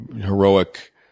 heroic